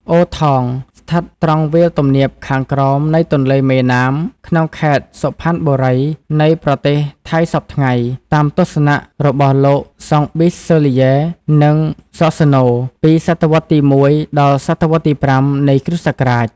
អូថង ស្ថិតត្រង់វាលទំនាបខាងក្រោមនៃទន្លេមេណាម ក្នុងខេត្ត សុផាន់បូរី នៃប្រទេសថៃសព្វថ្ងៃ តាមទស្សនរបស់លោក ហ្សង់បីសសឺលីយេ និង ហ្សហ្សីណូ ពីសតវត្សរ៍ទី១ ដល់ សតវត្សរ៍ទី៥ នៃគ្រិស្តសករាជ ។